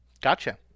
Gotcha